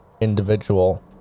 individual